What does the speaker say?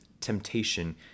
temptation